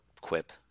quip